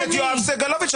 חבר הכנסת יואב סגלוביץ',